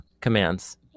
commands